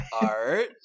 art